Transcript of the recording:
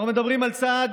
אנחנו מדברים על צעד